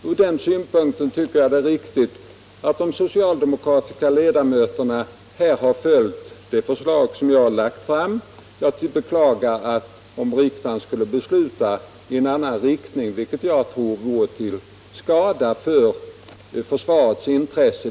Ur den synpunkten tycker jag det är viktigt att de socialdemokratiska ledamöterna har följt det förslag jag lagt fram. Jag beklagar om riksdagen skulle besluta i en annan riktning, vilket jag tror vore till skada för försvarets intresse.